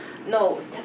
No